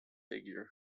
figure